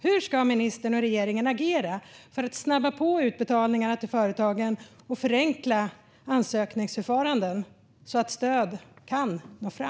Hur ska ministern och regeringen agera för att snabba på utbetalningarna till företagen och förenkla ansökningsförfarandena så att stödet kan nå fram?